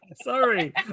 Sorry